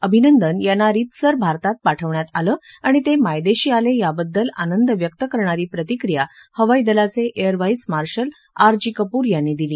अभिनंदन यांना रीतसर भारतात पाठवण्यात आलं आणि ते मायदेशी आले याबद्दल आंनद व्यक्त करणारी प्रतिक्रिया हवाई दलाचे air vice marshal R G Kapoor यांनी दिली